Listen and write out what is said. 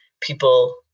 people